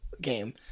game